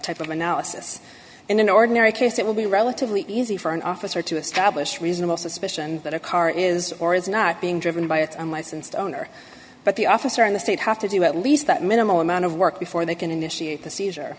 type of analysis in an ordinary case it will be relatively easy for an officer to establish reasonable suspicion that a car is or is not being driven by its unlicensed owner but the officer in the state have to do at least that minimal amount of work before they can initiate the